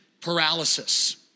paralysis